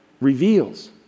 reveals